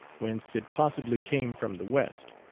whence it possibly came from the west.